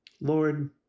Lord